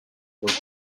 were